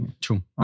true